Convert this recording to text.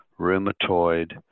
rheumatoid